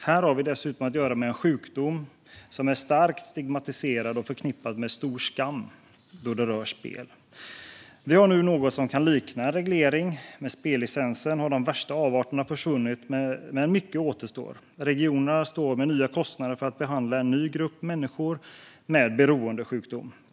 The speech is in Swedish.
Här har vi dessutom att göra med en sjukdom som är starkt stigmatiserad och förknippad med stor skam. Vi har nu något som kan likna en reglering. Med spellicensen har de värsta avarterna försvunnit, men mycket återstår. Regionerna står med nya kostnader för att behandla en ny grupp människor med beroendesjukdom.